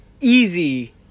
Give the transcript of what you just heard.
easy